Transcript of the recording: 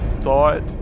thought